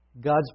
God's